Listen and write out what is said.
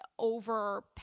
over